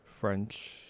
French